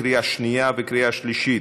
לקריאה שנייה וקריאה שלישית.